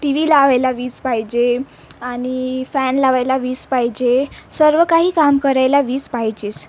T V लावायला वीस पाहिजे आणि फॅन लावायला वीस पाहिजे सर्व काही काम करायला वीस पाहिजेस